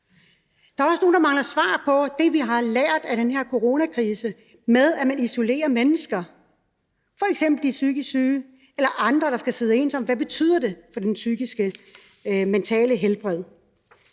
Der er også nogle, der mangler svar på, hvad det, vi har lært af den her coronakrise, med, at man isolerer mennesker, f.eks. de psykisk syge eller andre, der skal sidde ensomme, betyder for det psykiske, mentale helbred.